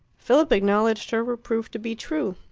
philip acknowledged her reproof to be true.